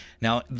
Now